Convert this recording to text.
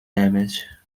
damage